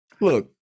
Look